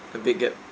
a big gap